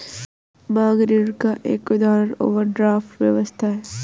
मांग ऋण का एक उदाहरण ओवरड्राफ्ट व्यवस्था है